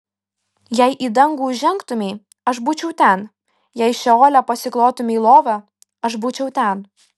jei į dangų užžengtumei aš būčiau ten jei šeole pasiklotumei lovą aš būčiau ten